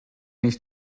nicht